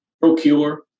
Procure